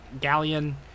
galleon